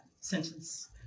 sentence